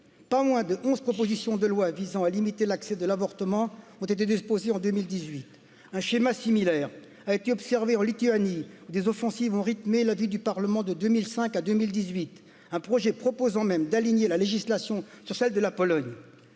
pas moins de onze propositions de loi visant à limiter l'accès à l'avortement ont été déposés en deux mille dix huit un schéma similaire a été observé en lituanie où des offensives ont rythmé la vie du parlement dix huit un projet proposant même d'aligner la législation sur celle de la pologne